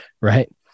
right